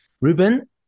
Ruben